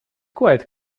quite